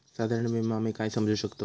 साधारण विमो आम्ही काय समजू शकतव?